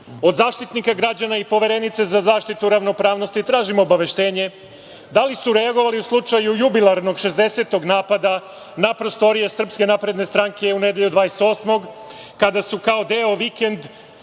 Od Zaštitnika građana i Poverenice za zaštitu ravnopravnosti tražim obaveštenje, da li su reagovali u slučaju jubilarnog šezdesetog napada na prostorije SNS u nedelju 28. kada su kao deo vikend